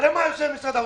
תראה מה עשה משרד האוצר: